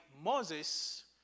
Moses